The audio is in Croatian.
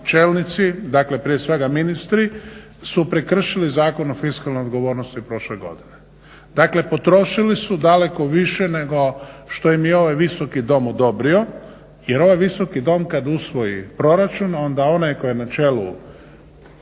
čelnici, dakle prije svega ministri, su prekršili Zakon o fiskalnoj odgovornosti prošle godine. Dakle, potrošili su daleko više nego što im je ovaj Visoki dom odobrio jer ovaj Visoki dom kad usvoji proračun onda onaj tko je na čelu